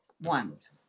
ones